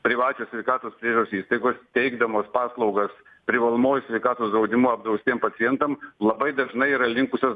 privačios sveikatos priežiūros įstaigos teikdamos paslaugas privalomuoju sveikatos draudimu apdraustiem pacientam labai dažnai yra linkusios